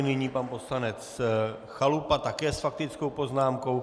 Nyní pan poslanec Chalupa také s faktickou poznámkou.